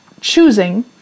choosing